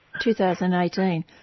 2018